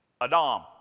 Adam